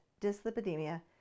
dyslipidemia